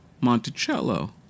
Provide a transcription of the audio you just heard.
Monticello